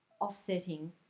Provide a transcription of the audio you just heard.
offsetting